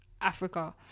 Africa